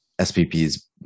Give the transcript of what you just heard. SPP's